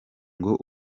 ngo